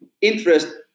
interest